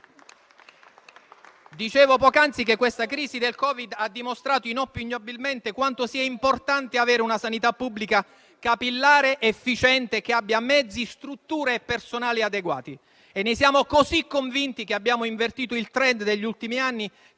Dicevo poc'anzi che la crisi del Covid-19 ha dimostrato inoppugnabilmente quanto sia importante avere una sanità pubblica capillare ed efficiente, che abbia mezzi, strutture e personale adeguati. E ne siamo così convinti che abbiamo invertito il *trend* degli ultimi anni,